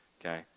Okay